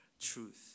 truth